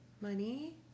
money